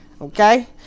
Okay